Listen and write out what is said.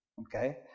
Okay